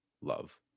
love